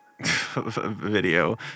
video